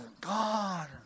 God